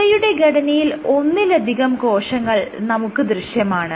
ഇവയുടെ ഘടനയിൽ ഒന്നിലധികം കോശങ്ങൾ നമുക്ക് ദൃശ്യമാണ്